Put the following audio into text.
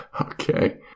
Okay